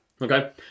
okay